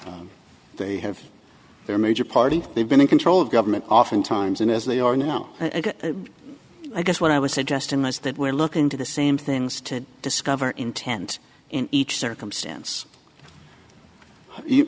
they have their major party they've been in control of government oftentimes and as they are now i guess what i was suggesting was that we're looking to the same things to discover intent in each circumstance